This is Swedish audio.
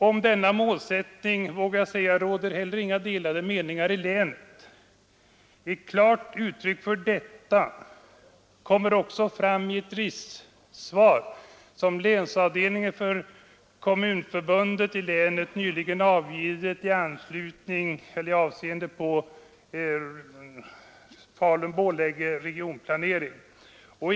Om denna målsättning vågar jag säga att det inte råder några delade meningar i länet. Ett klart uttryck för detta kom också fram i det remissvar som länsavdelningen för Kommunförbundet nyligen avgivit med avseende på regionplaneringen för Falun-Borlänge.